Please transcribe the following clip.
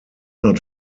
not